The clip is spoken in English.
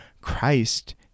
Christ